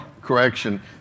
correction